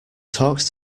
talks